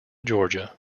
georgia